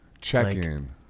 check-in